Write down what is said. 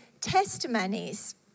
testimonies